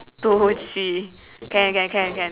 two three can can can can